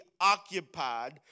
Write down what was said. occupied